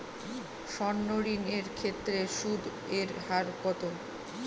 সর্ণ ঋণ এর ক্ষেত্রে সুদ এর হার কত?